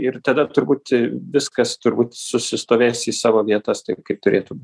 ir tada turbūt viskas turbūt susistovės į savo vietas taip kaip turėtų